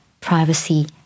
privacy